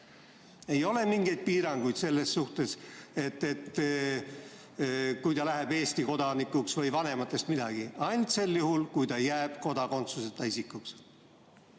Ei ole mingeid piiranguid selles suhtes, et ta läheb siis Eesti kodanikuks, või vanemate puhul midagi. Ainult sel juhul, kui ta jääb kodakondsuseta isikuks.